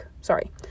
sorry